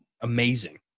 amazing